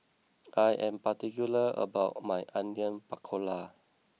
I am particular about my Onion Pakora